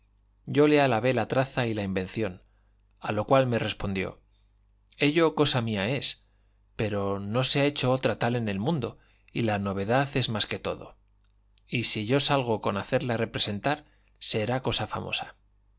yo le alabé la traza y la invención a lo cual me respondió ello cosa mía es pero no se ha hecho otra tal en el mundo y la novedad es más que todo y si yo salgo con hacerla representar será cosa famosa